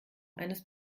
eines